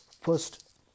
first